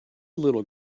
little